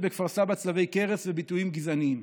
בכפר סבא צלבי קרס וביטויים גזעניים.